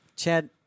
Chad